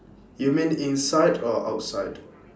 you mean inside or outside